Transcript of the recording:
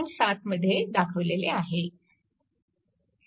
7 मध्ये दाखवलेले आहे